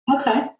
Okay